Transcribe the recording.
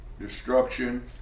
destruction